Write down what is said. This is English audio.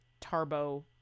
Tarbo